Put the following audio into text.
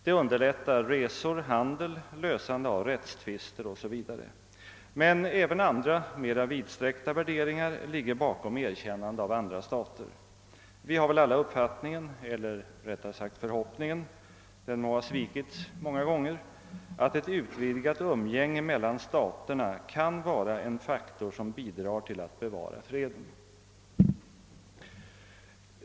Det underlättar resor, handel, lösande av rättstvister o. s. v. Men även andra mera vidsträckta värderingar ligger bakom ett erkännande av andra stater. Vi har väl alla uppfattningen eller rättare sagt förhoppningen — den må ha svikits många gånger — att ett utvidgat umgänge mellan staterna kan vara en faktor som bidrar till att bevara freden.